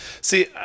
See